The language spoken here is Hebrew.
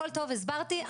הסברתי,